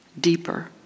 deeper